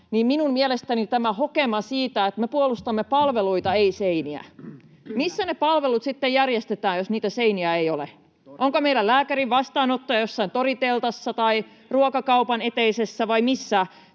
niin minun mielestäni tämä hokema siitä, että me puolustamme palveluita, ei seiniä. Missä ne palvelut sitten järjestetään, jos niitä seiniä ei ole? Onko meidän lääkärin vastaanotto jossain toriteltassa tai ruokakaupan eteisessä vai missä?